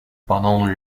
pendant